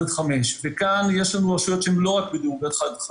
5. כאן יש רשויות שאינן בתוך דירוג זה.